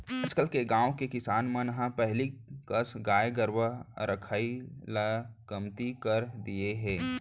आजकल गाँव के किसान मन ह पहिली कस गाय गरूवा रखाई ल कमती कर दिये हें